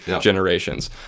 generations